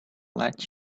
let